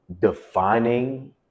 defining